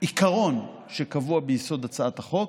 העיקרון שקבוע ביסוד הצעת החוק,